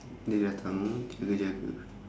dia datang dia kejar aku